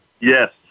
Yes